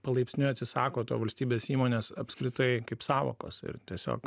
palaipsniui atsisako to valstybės įmonės apskritai kaip sąvokos ir tiesiog